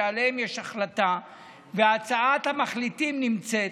שעליהם יש החלטה והצעת המחליטים נמצאת.